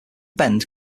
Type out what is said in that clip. bend